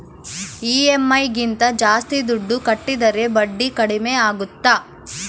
EMI ಗಿಂತ ಜಾಸ್ತಿ ದುಡ್ಡು ಕಟ್ಟಿದರೆ ಬಡ್ಡಿ ಕಡಿಮೆ ಆಗುತ್ತಾ?